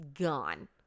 Gone